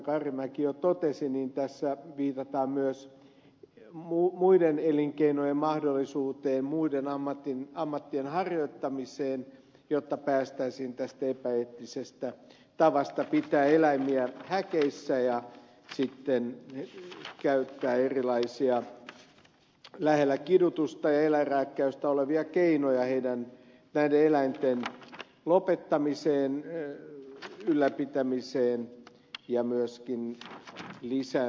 karimäki jo totesi tässä viitataan myös muiden elinkeinojen mahdollisuuteen muiden ammattien harjoittamiseen jotta päästäisiin tästä epäeettisestä tavasta pitää eläimiä häkeissä ja käyttää erilaisia lähellä kidutusta ja eläinrääkkäystä olevia keinoja näiden eläinten lopettamiseen ylläpitämiseen ja myöskin lisääntymiseen